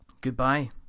goodbye